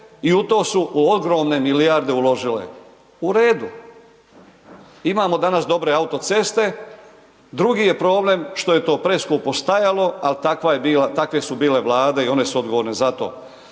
i u to su ogromne milijarde uložile. U redu. Imamo danas dobre autoceste. Drugi je problem što je to preskupo stajalo, ali takve su bile vlade i one su odgovorne za to.